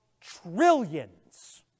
trillions